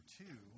two